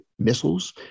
missiles